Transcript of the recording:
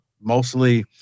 mostly